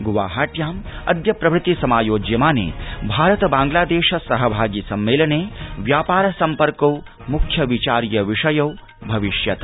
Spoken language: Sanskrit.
ग्वाहाट्याम् अद्य प्रभृति समायोज्यमाने भारत बांग्लादेश सहभागि संमेलने व्यापार सम्पर्कों मुख्य विचार्य विषयौ भविष्यत